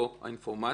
שבידו האינפורמציות,